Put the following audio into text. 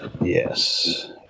Yes